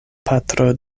patro